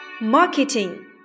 Marketing